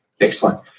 Excellent